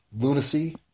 lunacy